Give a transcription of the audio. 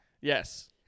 Yes